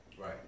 Right